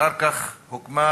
אחר כך הוקמה